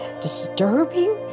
disturbing